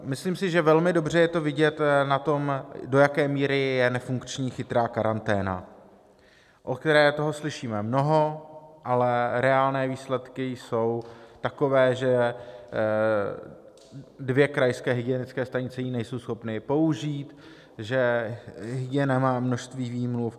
Myslím si, že velmi dobře je to vidět na tom, do jaké míry je nefunkční chytrá karanténa, o které toho slyšíme mnoho, ale reálné výsledky jsou takové, že dvě krajské hygienické stanice ji nejsou schopny použít, že hygiena má množství výmluv atd.